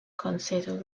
considers